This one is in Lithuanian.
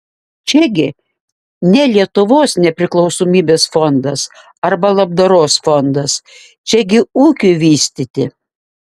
čiagi ne lietuvos nepriklausomybės fondas arba labdaros fondas čiagi ūkiui vystyti